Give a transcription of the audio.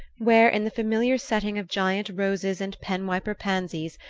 where, in the familiar setting of giant roses and pen-wiper pansies,